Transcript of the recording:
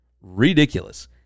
ridiculous